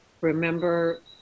remember